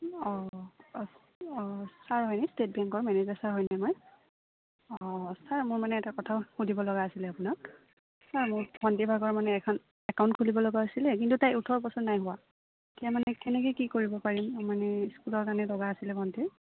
অঁ অঁ ছাৰ হয়নে ষ্টেট বেংকৰ মেনেজাৰ ছাৰ হয়নে মই অঁ ছাৰ মোৰ মানে এটা কথা সুধিব লগা আছিলে আপোনাক ছাৰ মোৰ ভণ্টীভাগৰ মানে এখন একাউণ্ট খুলিব লগা আছিলে কিন্তু তাই ওঠৰ বছৰ নাই হোৱা এতিয়া মানে কেনেকে কি কৰিব পাৰিম মানে স্কুলৰ কাৰণে লগা আছিলে ভণ্টীৰ